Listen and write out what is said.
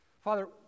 Father